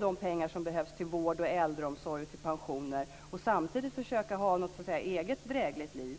de pengar som behövs till vård, äldreomsorg och pensioner och samtidigt försöka föra ett eget drägligt liv.